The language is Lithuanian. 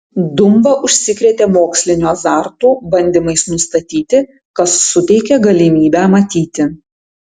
dumba užsikrėtė moksliniu azartu bandymais nustatyti kas suteikė galimybę matyti